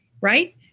Right